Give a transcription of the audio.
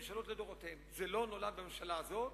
זה לא נולד בממשלה הזאת.